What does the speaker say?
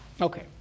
Okay